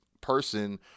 person